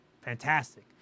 fantastic